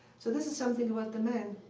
so this is something about the man.